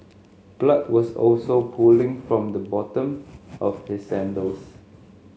blood was also pooling from the bottom of his sandals